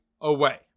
away